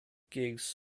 gigs